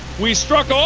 we struck